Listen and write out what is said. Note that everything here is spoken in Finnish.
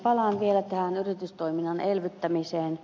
palaan vielä tähän yritystoiminnan elvyttämiseen